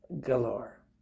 galore